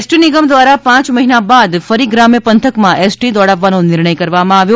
ST Amreli ST નિગમ દ્વારા પાંચ મહિના બાદ ફરી ગ્રામ્ય પંથકમાં એસટી દોડાવવાનો નિર્ણય કરવામાં આવ્યો છે